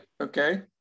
Okay